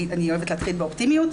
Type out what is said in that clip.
כי אני אוהבת להתחיל באופטימיות.